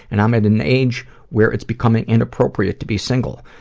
and i'm at an age where it's becoming inappropriate to be single.